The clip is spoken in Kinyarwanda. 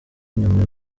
nyuma